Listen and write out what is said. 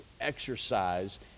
exercise